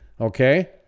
okay